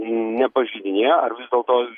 nepažeidinėja ar vis dėlto